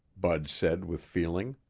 bud said with feeling.